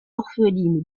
orpheline